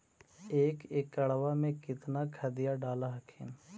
एक एकड़बा मे कितना खदिया डाल हखिन?